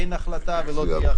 אין החלטה ולא תהיה החלטה.